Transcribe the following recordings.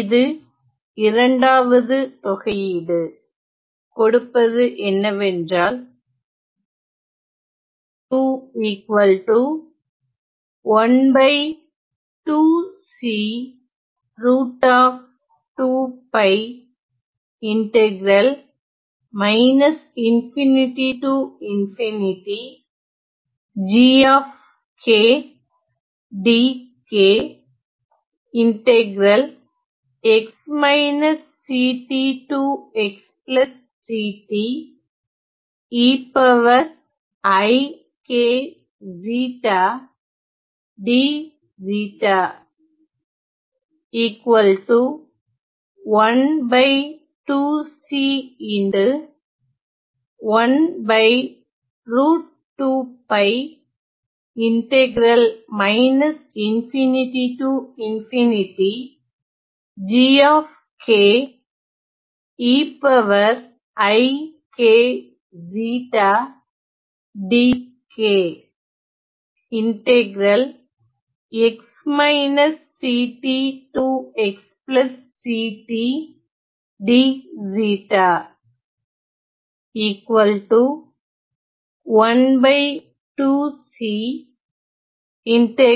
இது இரண்டாவது தொகையீடு கொடுப்பது என்னவென்றால் எனவே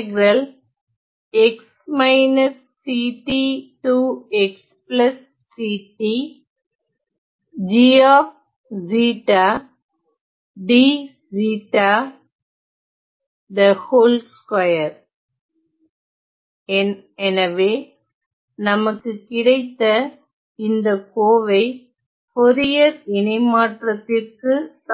நமக்கு கிடைத்த இந்த கோவை போரியர் இணைமாற்றத்திற்கு சமம் ஆகும்